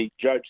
judge